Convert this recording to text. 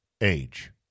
age